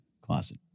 closet